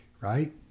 Right